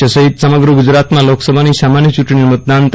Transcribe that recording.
કચ્છ સહિત સમગ્ર ગુજરાતમાં લોકસભાની સામાન્ય ચૂંટણીનું મતદાન તા